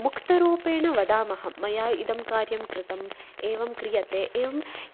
मुक्तरूपेण वदामः मया इदं कार्यं कृतम् एवं क्रियते एवं